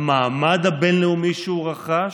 המעמד הבין-לאומי שהוא רכש,